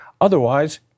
Otherwise